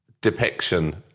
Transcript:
depiction